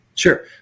Sure